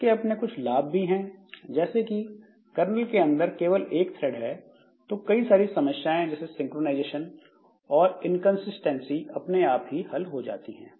इसके अपने कुछ लाभ भी हैं जैसे कि कर्नल के अंदर केवल एक थ्रेड है तो कई सारी समस्याएं जैसे सिंक्रोनाइजेशन और इनकंसिस्टेंसी अपने आप ही हल हो जाती हैं